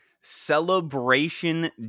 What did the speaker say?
celebration